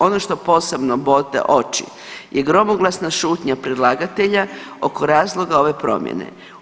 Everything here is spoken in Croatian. Ono što posebno bode oči je gromoglasna šutnja predlagatelja oko razloga ove promjene.